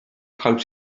pawb